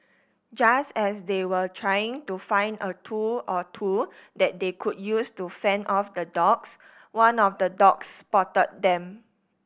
just as they were trying to find a tool or two that they could use to fend off the dogs one of the dogs spotted them